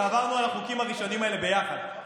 ועברנו על החוקים הראשונים האלה ביחד.